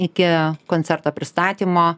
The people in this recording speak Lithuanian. iki koncerto pristatymo